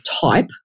type